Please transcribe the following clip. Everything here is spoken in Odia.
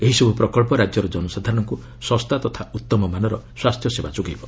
ଏହିସବୁ ପ୍ରକଳ୍ପ ରାଜ୍ୟର ଜନସାଧାରଣଙ୍କୁ ଶସ୍ତା ତଥା ଉତ୍ତମ ମାନର ସ୍ୱାସ୍ଥ୍ୟସେବା ଯୋଗାଇବ